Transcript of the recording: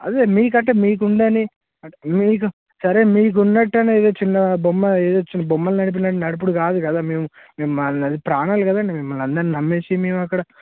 అదే మీకంటే మీకుందని మీకు సరే మీకున్నట్టు అనేది ఏదో చిన్న బొమ్మ ఏదో చిన్న బొమ్మను నడిపినట్టు నడుపుడు కాదు కదా మేము మేము ప్రాణాలు కదా మిమ్మల్నందరినీ నమ్మేసి మేము అక్కడ